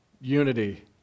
unity